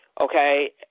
okay